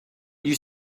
you